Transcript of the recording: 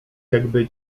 jakby